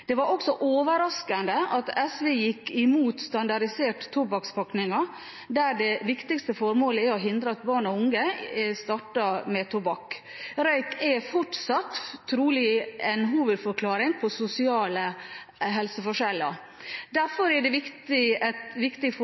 Det var også overraskende at SV gikk imot standardiserte tobakkspakninger, der det viktigste formålet er å hindre at barn og unge starter med tobakk. Røyk er fortsatt trolig en hovedforklaring på sosiale helseforskjeller. Derfor er dette et viktig